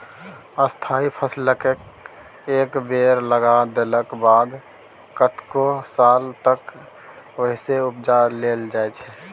स्थायी फसलकेँ एक बेर लगा देलाक बाद कतेको साल तक ओहिसँ उपजा लेल जाइ छै